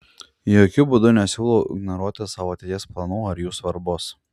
jokiu būdu nesiūlau ignoruoti savo ateities planų ar jų svarbos